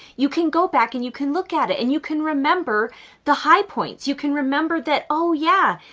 you can go back and you can look at it and you can remember the high points. you can remember that, oh yeah,